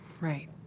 Right